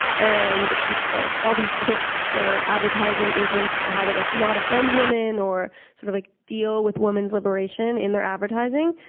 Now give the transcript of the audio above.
and it's like all these tips for advertising agents for how to like not offend women or sort of like deal with women's liberation in their advertising.